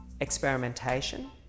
experimentation